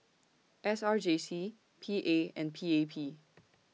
S R J C P A and P A P